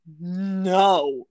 no